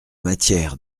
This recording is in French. matière